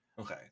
Okay